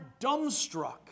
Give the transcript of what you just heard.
dumbstruck